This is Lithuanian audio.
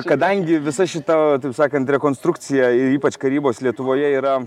kadangi visa šita taip sakant rekonstrukcija ypač karybos lietuvoje yra